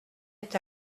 est